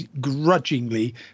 grudgingly